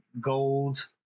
gold